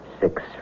six